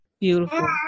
Beautiful